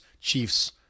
Chiefs